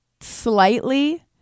slightly